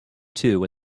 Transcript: two